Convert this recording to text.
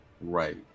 Right